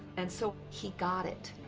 and so he got it.